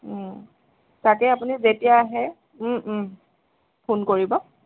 তাকে আপুনি যেতিয়া আহে ফোন কৰিব